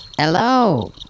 Hello